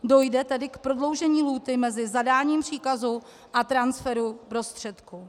Dojde tedy k prodloužení lhůty mezi zadáním příkazu a transferu prostředků.